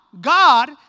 God